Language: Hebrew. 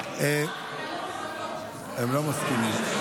הם לא מסכימים.